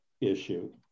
issue